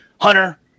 Hunter